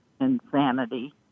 insanity